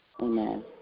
Amen